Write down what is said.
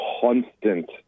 constant